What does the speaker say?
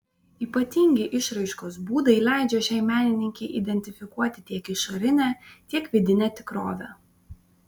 ypatingi išraiškos būdai leidžia šiai menininkei identifikuoti tiek išorinę tiek vidinę tikrovę